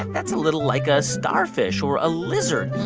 that's a little like a starfish or a lizard.